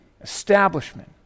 establishment